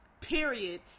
period